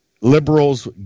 liberals